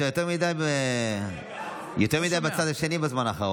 אתה יותר מדי בצד השני בזמן האחרון.